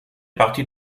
parties